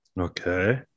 Okay